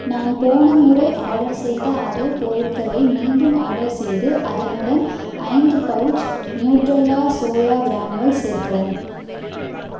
நான் போன முறை ஆர்டர் செய்த அதே பொருட்களை மீண்டும் ஆர்டர் செய்து அதனுடன் ஐந்து பவுச் நியூட்ரெலா சோயா கிரானியூல்ஸ் சேர்க்கவும்